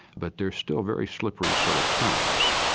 but they're still very slippery sort of terms.